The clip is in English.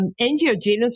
Angiogenesis